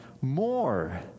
more